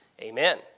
amen